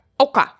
Okay